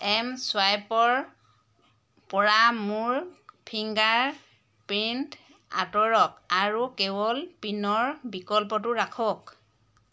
M চুৱাইপৰপৰা মোৰ fingerprint আঁতৰাওক আৰু কেৱল পিনৰ বিকল্পটো ৰাখক